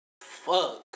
Fuck